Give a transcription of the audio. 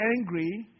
angry